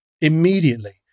immediately